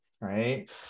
right